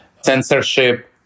censorship